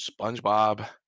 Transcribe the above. SpongeBob